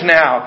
now